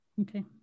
Okay